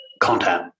content